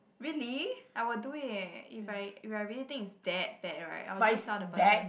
really I will do it eh if I if I really think it's that bad right I will just tell the person